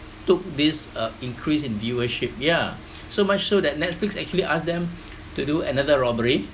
took this uh increase in viewership ya so much so that netflix actually ask them to do another robbery